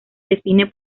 define